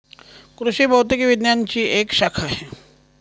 कृषि भौतिकी विज्ञानची एक शाखा आहे